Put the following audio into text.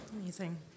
amazing